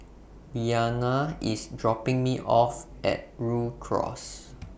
Rianna IS dropping Me off At Rhu Cross